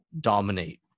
dominate